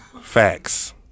Facts